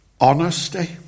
Honesty